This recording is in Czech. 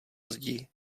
zdi